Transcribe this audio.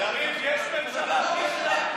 לא רק אתה, יש ממשלה בלי עמדה.